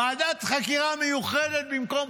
ועדת חקירה מיוחדת במקום